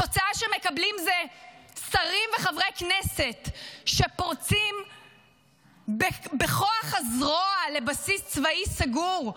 התוצאה שמקבלים זה שרים וחברי כנסת שפורצים בכוח הזרוע לבסיס צבאי סגור,